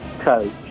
coach